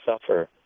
suffer